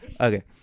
Okay